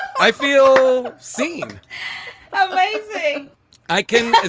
i feel seen um i i can,